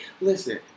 listen